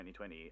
2020